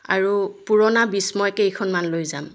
আৰু পুৰণা বিষ্ময় কেইখনমান লৈ যাম